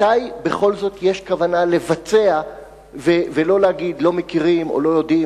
מתי בכל זאת יש כוונה לבצע ולא להגיד: לא מכירים או לא יודעים,